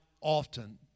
often